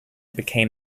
became